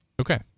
Okay